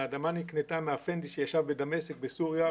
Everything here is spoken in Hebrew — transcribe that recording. האדמה נקנתה מאפנדי שישב בדמשק, בסוריה.